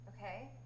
Okay